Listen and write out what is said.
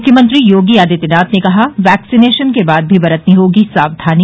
मुख्यमंत्री योगी आदित्यनाथ ने कहा वैक्सीनेशन के बाद भी बरतनी होगी सावधानी